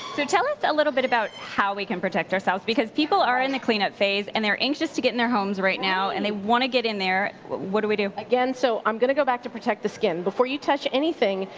tell us a little bit about how we can protect ourselves, because people are in the clean up phase and they're anxious to get in their homes right now and they want to get in there. what do we do? so i'm going to go back to protect the skin. before you touch anything,